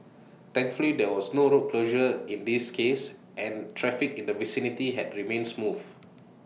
thankfully there was no road closure in this case and traffic in the vicinity has remained smooth